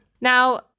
Now